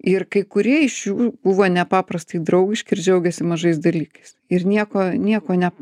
ir kai kurie iš jų buvo nepaprastai draugiški ir džiaugėsi mažais dalykais ir nieko nieko ne